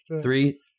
Three